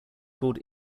called